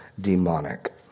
demonic